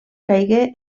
caigué